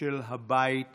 ושל הבית הזה.